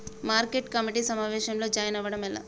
Market committee సమావేశంలో join అవ్వడం ఎలా?